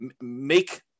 make